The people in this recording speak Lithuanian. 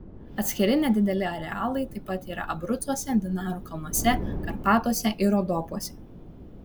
atskiri nedideli arealai taip pat yra abrucuose dinarų kalnuose karpatuose ir rodopuose